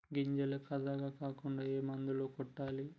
గింజలు కర్రెగ కాకుండా ఏ మందును కొట్టాలి?